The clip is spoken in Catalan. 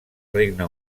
regne